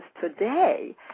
today